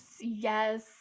yes